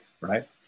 right